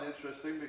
interesting